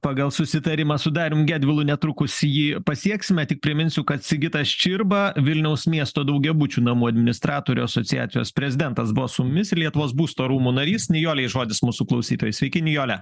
pagal susitarimą su darium gedvilu netrukus jį pasieksime tik priminsiu kad sigitas čirba vilniaus miesto daugiabučių namų administratorių asociacijos prezidentas buvo su mumis ir lietuvos būsto rūmų narys nijolei žodis mūsų klausytojai sveki nijole